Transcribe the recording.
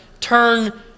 turn